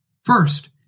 First